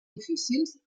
difícils